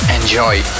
enjoy